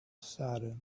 saddened